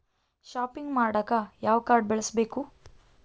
Shopping ಮಾಡಾಕ ಯಾವ card ಬಳಸಬೇಕು?